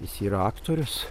jis yra aktorius